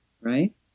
right